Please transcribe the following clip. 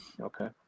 Okay